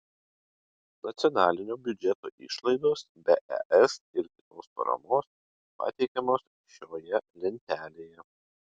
nacionalinio biudžeto išlaidos be es ir kitos paramos pateikiamos šioje lentelėje